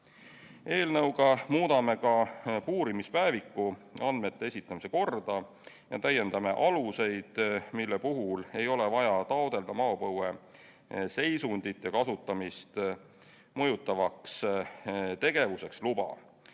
Eelnõuga muudame ka puurimispäeviku andmete esitamise korda. Täiendame aluseid, mille puhul ei ole vaja taotleda maapõue seisundit ja kasutamist mõjutavaks tegevuseks luba.